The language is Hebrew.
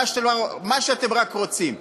מה שאתם רק רוצים,